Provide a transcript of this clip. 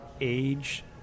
age